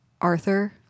arthur